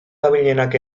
dabilenak